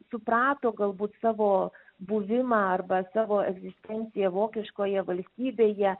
suprato galbūt savo buvimą arba savo egzistenciją vokiškoje valstybėje